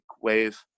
wave